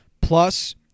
plus